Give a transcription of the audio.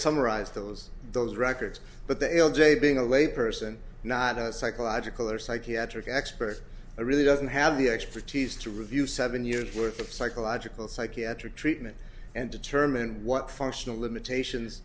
summarized those those records but the l j being a lay person not a psychological or psychiatric expert really doesn't have the expertise to review seven years worth of psychological psychiatric treatment and determine what functional limitations